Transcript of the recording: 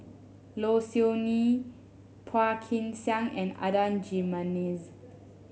Low Siew Nghee Phua Kin Siang and Adan Jimenez